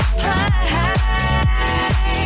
play